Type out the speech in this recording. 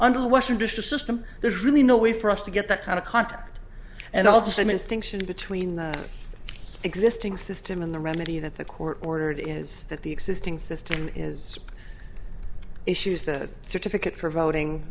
the washing dishes system there's really no way for us to get that kind of contact and all the same instinct in between the existing system and the remedy that the court ordered is that the existing system is issue says certificate for voting